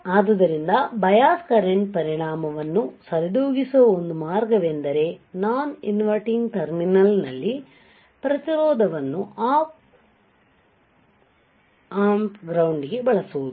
ಆದ್ದರಿಂದಬಯಾಸ್ current ಪರಿಣಾಮವನ್ನು ಸರಿದೂಗಿಸುವ ಒಂದು ಮಾರ್ಗವೆಂದರೆ ನಾನ್ ಇನ್ವರ್ಟಿಂಗ್ ಟರ್ಮಿನಲ್ ನಲ್ಲಿ ಪ್ರತಿರೋಧವನ್ನು ಆಪ್ ಆಂಪ್ ಗ್ರೌಂಡ್ ಗೆ ಬಳಸುವುದು